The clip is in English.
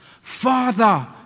Father